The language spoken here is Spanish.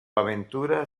aventura